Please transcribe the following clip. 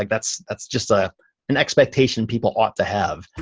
like that's that's just ah an expectation people ought to have.